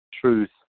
truth